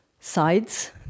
sides